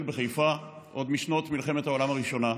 בחיפה עוד משנות מלחמת העולם הראשונה,